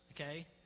okay